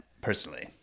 personally